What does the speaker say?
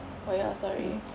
hmm